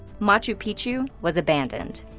machu picchu was abandoned.